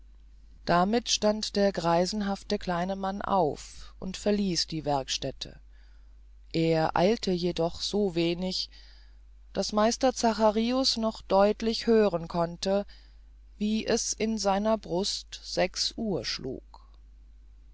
damit stand der greisenhafte kleine mann auf und verließ die werkstätte er eilte jedoch so wenig daß meister zacharius noch deutlich hören konnte wie es in seiner brust sechs uhr schlug